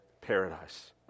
paradise